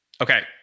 Okay